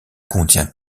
contient